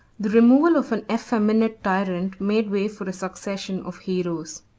the removal of an effeminate tyrant made way for a succession of heroes.